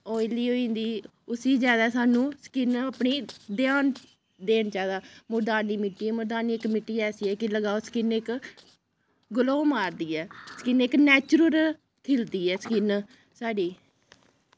oily होई जंदी उस्सी जैदा सानूं स्किन अपनी ध्यान देना चाहिदा मुलतानी मिट्टी ऐ मुलतानी इक मिट्टी ऐसी ऐ कि लगाओ स्किन इक ग्लो मारदी ऐ स्किन इक नैचरल खिलदी ऐ स्किन साढ़ी